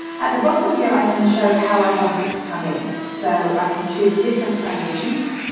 at the bottom here i can show how i want it to come in so i can choose different transitions.